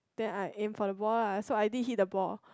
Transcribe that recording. then I aim for the ball lah so I did hit the ball